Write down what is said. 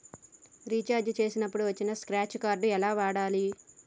Recharge చేసినప్పుడు వచ్చిన scratch card ఎలా వాడాలి?